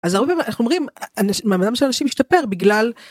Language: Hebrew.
אז איך אומרים מעמדם של אנשים משתפר בגלל